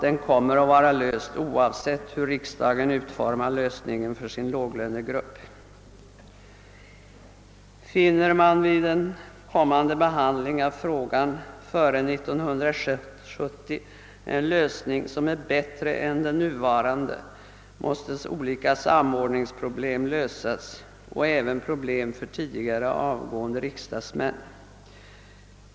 Den kommer att vara löst, oavsett hur riksdagen utformar lösningen för sin »låglönegrupp». Finner man vid en kommande behandling av frågan före 1970 en lösning som är bättre än den nuvarande, måste olika samordningsproblem lösas och och även problem för rikdsdagsmän som tidigare avgått.